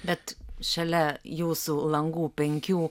bet šalia jūsų langų penkių